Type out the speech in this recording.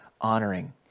honoring